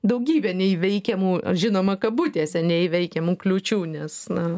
daugybę neįveikiamų žinoma kabutėse neįveikiamų kliūčių nes na